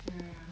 ya